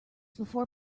before